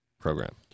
program